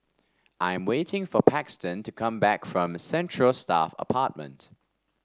I'm waiting for Paxton to come back from Central Staff Apartment